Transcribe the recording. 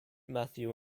matthew